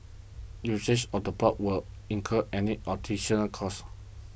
usage of the ports will incur any additional cost